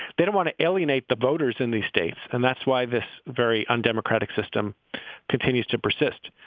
they don't want to alienate the voters in these states. and that's why this very undemocratic system continues to persist.